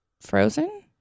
frozen